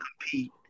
compete